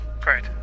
Great